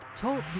Talk